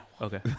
Okay